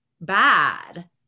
bad